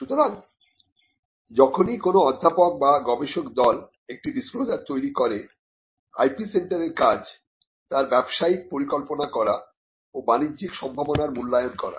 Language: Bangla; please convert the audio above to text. সুতরাং যখনই কোন অধ্যাপক বা গবেষক দল একটি ডিসক্লোজার তৈরি করে IP সেন্টারের কাজ তার ব্যবসায়িক পরিকল্পনা করা ও বাণিজ্যিক সম্ভাবনার মূল্যায়ন করা